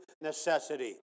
necessity